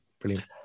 Brilliant